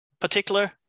particular